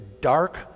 dark